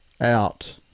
out